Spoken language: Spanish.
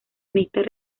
mixtas